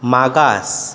मागास